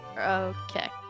Okay